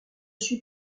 suis